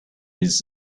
his